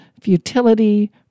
futility